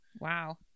Wow